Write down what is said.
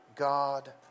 God